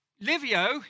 Livio